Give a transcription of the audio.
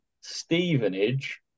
Stevenage